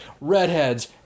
redheads